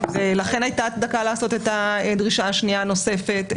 לכן הייתה הצדקה לעשות את הדרישה השנייה הנוספת.